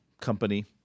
company